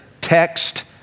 text